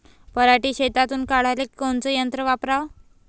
पराटी शेतातुन काढाले कोनचं यंत्र वापराव?